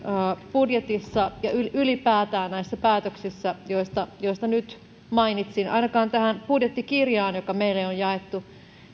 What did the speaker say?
budjetissa ja ylipäätään näissä päätöksissä joista joista nyt mainitsin ainakaan tähän budjettikirjaan joka meille on jaettu